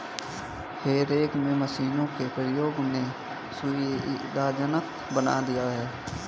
हे rake में मशीनों के प्रयोग ने सुविधाजनक बना दिया है